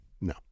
No